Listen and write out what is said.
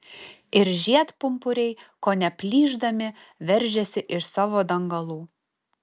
ir žiedpumpuriai kone plyšdami veržėsi iš savo dangalų